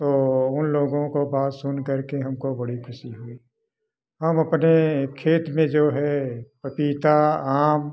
तो उन लोगों को बात सुन करके हमको बड़ी खुशी हुई हम अपने खेत में जो है पपीता आम